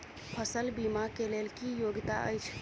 फसल बीमा केँ लेल की योग्यता अछि?